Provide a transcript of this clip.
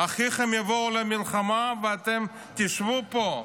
"אחיכם יבואו למלחמה, ואתם תשבו פה"